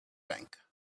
bank